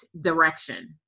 direction